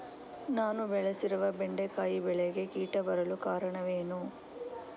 ನಾನು ಬೆಳೆಸಿರುವ ಬೆಂಡೆಕಾಯಿ ಬೆಳೆಗೆ ಕೀಟ ಬರಲು ಕಾರಣವೇನು?